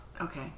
Okay